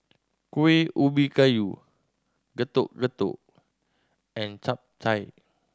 Kuih Ubi Kayu Getuk Getuk and Chap Chai